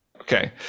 okay